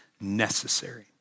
necessary